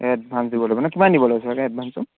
advance দিব লাগিব নে কিমান দিব লাগে এডভাঞ্চটো